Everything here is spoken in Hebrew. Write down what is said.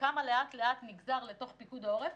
כמה לאט-לאט נגזר לתוך פיקוד העורף,